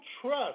trust